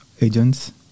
agents